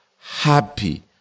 happy